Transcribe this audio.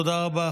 תודה רבה.